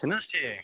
چھُنہٕ حظ ٹھیٖک